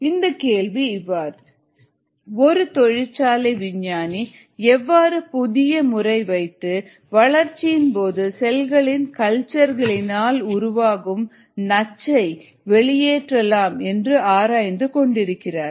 இதன் கேள்வி இவ்வாறு ஒரு தொழிற்சாலை விஞ்ஞானி எவ்வாறு புதிய முறை வைத்து வளர்ச்சியின் போது செல்களின் கல்ச்சர்களினால் உருவாகும் நச்சை வெளியேற்றலாம் என்று ஆராய்ந்து கொண்டிருக்கிறார்